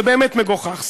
זה באמת מגוחך.